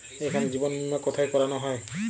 এখানে জীবন বীমা কোথায় করানো হয়?